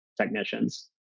technicians